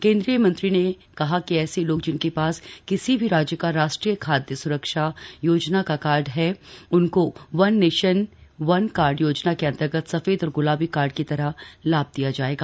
केंद्रीय मंत्री ने कहा ऐसे लोग जिनके पास किसी भी राज्य का राष्ट्रीय खाद्य स्रक्षा योजना का कार्ड है उनको वन नेशन वन कार्ड योजना के अंतर्गत सफेद और गुलाबी कार्ड की तरह लाभ दिया जाएगा